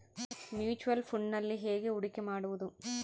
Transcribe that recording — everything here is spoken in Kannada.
ಮ್ಯೂಚುಯಲ್ ಫುಣ್ಡ್ನಲ್ಲಿ ಹೇಗೆ ಹೂಡಿಕೆ ಮಾಡುವುದು?